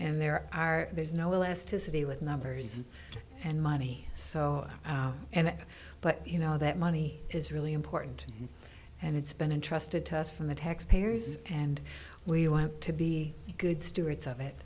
and there are there's no less to city with numbers and money so and but you know that money is really important and it's been entrusted to us from the taxpayers and we want to be good stewards of it